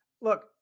Look